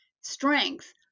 strength